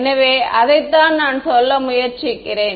எனவே அதைத்தான் நான் சொல்ல முயற்சிக்கிறேன்